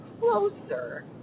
closer